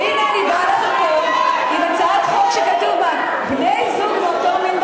והנה אני באה לחוקק הצעת חוק שכתוב בה "בני-זוג מאותו מין",